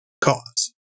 cause